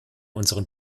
unseren